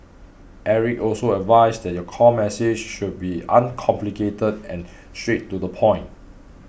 Eric also advised that your core message should be uncomplicated and straight to the point